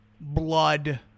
Blood